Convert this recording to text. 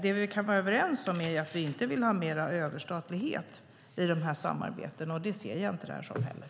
Det vi kan vara överens om är att vi inte vill ha mer överstatlighet i de här samarbetena, och det ser jag inte att det här innebär heller.